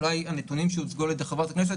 אולי הנתונים שהוצגו על ידי חברת הכנסת